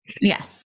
Yes